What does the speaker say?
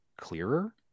clearer